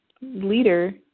leader